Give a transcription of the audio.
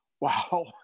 wow